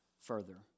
further